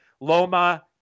Loma